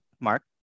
Mark